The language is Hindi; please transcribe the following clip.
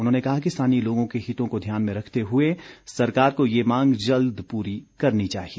उन्होंने कहा कि स्थानीय लोगों के हितों को ध्यान में रखते हुए सरकार को ये मांग जल्द पूरी करनी चाहिए